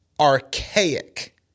archaic